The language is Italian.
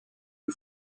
più